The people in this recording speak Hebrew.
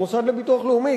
המוסד לביטוח לאומי.